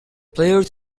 player